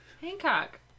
Hancock